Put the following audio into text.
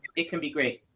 it can be great.